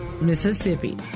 Mississippi